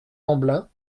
lamblin